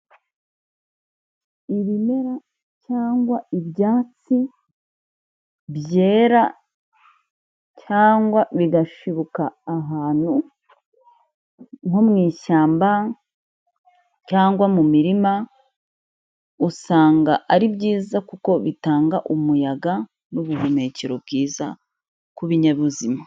Ibimera cyangwa ibyatsi byera cyangwa bigashibuka ahantu nko mu ishyamba cyangwa mu mirima, usanga ari byiza kuko bitanga umuyaga n'ubuhumekero bwiza ku binyabuzima.